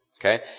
Okay